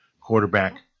Quarterback